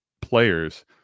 players